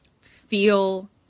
feel